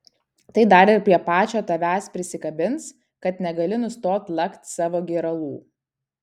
tai dar ir prie pačio tavęs prisikabins kad negali nustot lakt savo gėralų